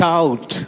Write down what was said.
out